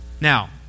Now